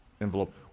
envelope